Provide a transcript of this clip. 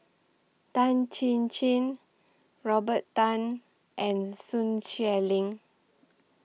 Tan Chin Chin Robert Tan and Sun Xueling